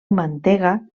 mantega